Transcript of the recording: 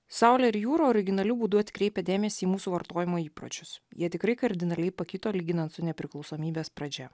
saulė ir jūra originaliu būdu atkreipia dėmesį į mūsų vartojimo įpročius jie tikrai kardinaliai pakito lyginant su nepriklausomybės pradžia